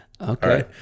okay